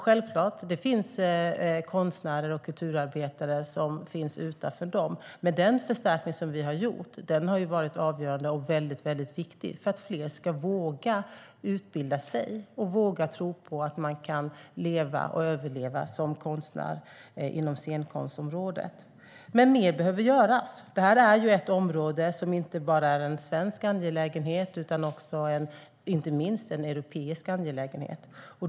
Självklart finns det konstnärer och kulturarbetare utanför dem. Men den förstärkning som vi har gjort har varit avgörande och viktig för att fler ska våga utbilda sig och våga tro på att man kan leva och överleva som konstnär inom scenkonstområdet. Mer behöver göras. Detta är ett område som inte bara är en svensk angelägenhet utan inte minst en europeisk angelägenhet.